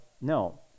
no